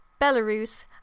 Belarus